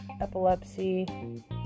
epilepsy